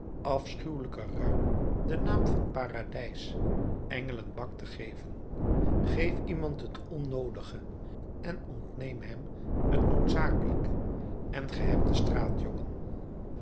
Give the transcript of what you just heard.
afschuwelijke ruim den naam van paradijs engelenbak te geven geef iemand het onnoodige en ontneem hem het noodzakelijke en ge hebt den